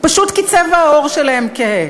פשוט כי צבע העור שלהם כהה.